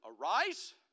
arise